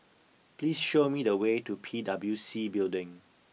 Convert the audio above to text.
please show me the way to P W C Building